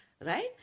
right